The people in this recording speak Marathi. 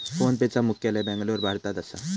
फोनपेचा मुख्यालय बॅन्गलोर, भारतात असा